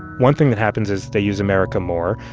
one thing that happens is they use america more.